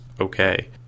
okay